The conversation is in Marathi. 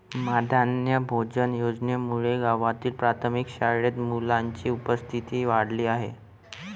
माध्यान्ह भोजन योजनेमुळे गावातील प्राथमिक शाळेत मुलांची उपस्थिती वाढली आहे